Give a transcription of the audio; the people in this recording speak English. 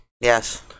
Yes